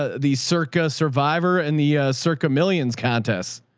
ah the circa survivor and the circa millions contests?